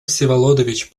всеволодович